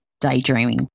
Daydreaming